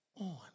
on